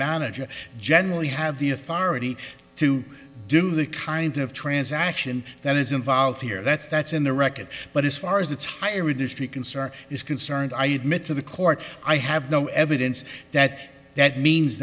manager generally have the authority to do the kind of transaction that is involved here that's that's in the wreckage but as far as its high redistrict concern is concerned i admit to the court i have no evidence that that means